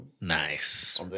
Nice